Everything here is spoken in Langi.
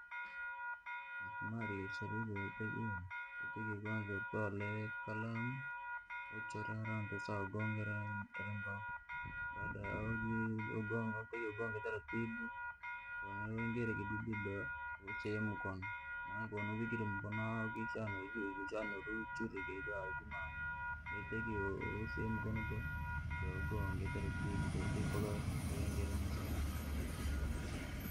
Misumari, yatakiwa kwanza utole kalamu, uchore hara hantu wosaugongere ira mbao, baada ya ahu jii wotakiwa ugongere taratibu, kuwaingire kidudi da useye mukono, maana kowavikire mukono fikisshana uri wiichurre kii ba iji mamba, wotakiwa useye mukono deugongere taratibu taratibu mpaka wiingire muzima.